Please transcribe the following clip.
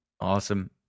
Awesome